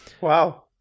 Wow